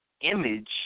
image